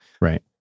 Right